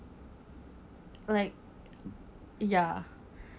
like ya